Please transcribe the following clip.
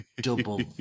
double